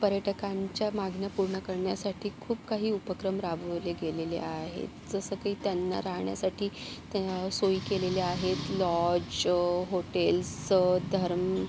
पर्यटकांच्या मागण्या पूर्ण करण्यासाठी खूप काही उपक्रम राबवलेले गेलेले आहेत जसं की त्यांना राहण्यासाठी ते सोयी केलेल्या आहेत लॉज हॉटेल्स धर्म